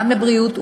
גם לבריאות,